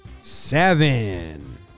seven